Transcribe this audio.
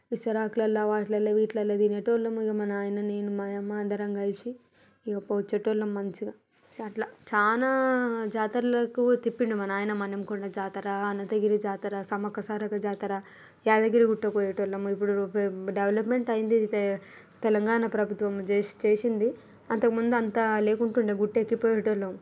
విస్తరాకులలో వాటిలలో వీటిల్లో తినేవాళ్ళము ఇక మా నాయన నేను మా అమ్మ అందరము కలిసి ఇక పోయి వచ్చేవాళ్ళము మంచిగా అలా చాలా జాతర్లకు తిప్పాడు మా నాయన మన్యంకొండ జాతర అనంతగిరి జాతర సమ్మక్క సారక్క జాతర యాదిగిరి గుట్టకు పోయేవాళ్ళము ఇప్పుడు డెవలప్మెంట్ అయింది తెలంగాణ ప్రభుత్వం చే చేసింది అంతకుముందు అంత లేకుండే గుట్ట ఎక్కి పోయేవాళ్ళము